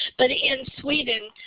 but in sweden,